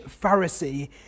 Pharisee